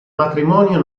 matrimonio